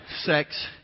sex